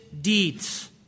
deeds